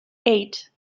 eight